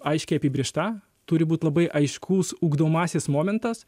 aiškiai apibrėžta turi būt labai aiškus ugdomasis momentas